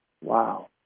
Wow